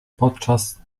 podczas